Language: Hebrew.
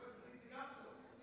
להיות צדיק זה גם טוב.